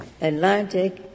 Atlantic